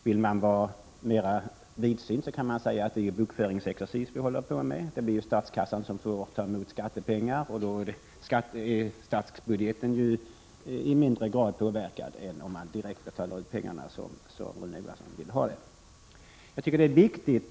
Vill man vara mer vidsynt kan man säga att vi håller på med bokföringsexercis — det är ju statskassan som får ta emot skattepengarna, och genom det påverkas statsbudgeten i mindre grad än om man betalar ut pengarna direkt, som Rune Johansson ville ha det.